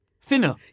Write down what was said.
thinner